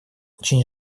очень